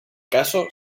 caso